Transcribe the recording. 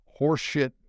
horseshit